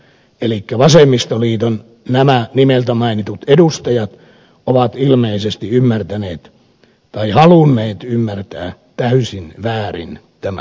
elikkä vasemmistoliiton nämä nimeltä mainitut edustajat ovat ilmeisesti ymmärtäneet tai halunneet ymmärtää täysin väärin tämän asian